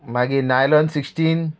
मागीर nylon sixteen